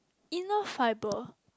inner fibre